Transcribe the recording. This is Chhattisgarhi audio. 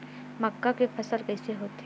मक्का के फसल कइसे होथे?